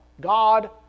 God